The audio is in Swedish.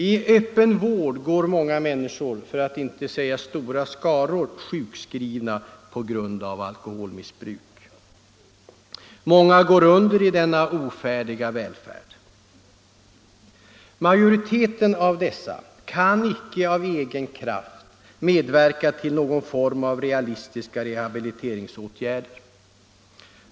I öppen vård går många människor, för att inte säga stora skaror, sjukskrivna på grund av alkoholmissbruk. Många går under i denna ofärdiga välfärd. Majoriteten av dessa kan icke av egen kraft medverka till någon form av realistiska rehabiliteringsåtgärder.